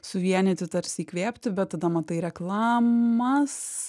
suvienyti tarsi įkvėpti bet tada matai reklamas